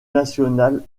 national